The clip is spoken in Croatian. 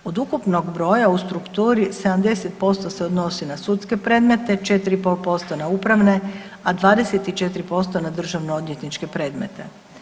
Od ukupnog broja u strukturi, 70% se odnosi na sudske predmete, 4,5% na upravne, a 24% na državnoodvjetničke predmete.